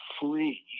free